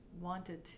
wanted